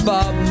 Bob